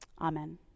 Amen